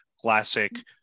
classic